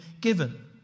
given